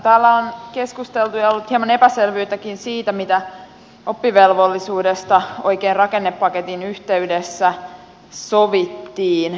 täällä on keskusteltu ja on ollut hieman epäselvyyttäkin siitä mitä oppivelvollisuudesta oikein rakennepaketin yhteydessä sovittiin